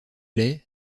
lay